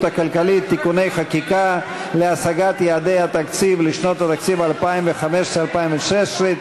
הכלכלית (תיקוני חקיקה להשגת יעדי התקציב לשנות התקציב 2015 ו-2016),